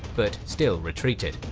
but still retreated.